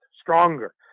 stronger